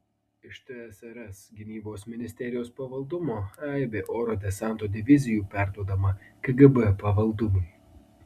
iš tsrs gynybos ministerijos pavaldumo aibė oro desanto divizijų perduodama kgb pavaldumui